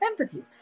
empathy